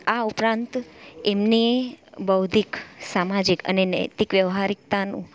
આ ઉપરાંત એમની બૌદ્ધિક સામાજીક અને નૈતિક વ્યવહારિકતાનું